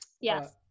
Yes